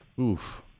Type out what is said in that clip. Oof